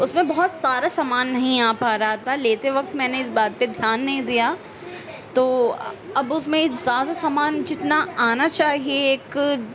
اس میں بہت سارا سامان نہیں آپا رہا تھا لیتے وقت میں نے اس بات پہ دھیان نہیں دیا تو اب اس میں زیادہ سامان جتنا آنا چاہیے ایک